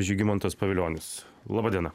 žygimantas pavilionis laba diena